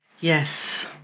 Yes